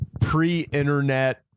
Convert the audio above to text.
pre-internet